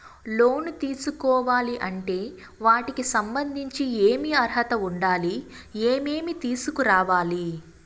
లోను తీసుకోవాలి అంటే వాటికి సంబంధించి ఏమి అర్హత ఉండాలి, ఏమేమి తీసుకురావాలి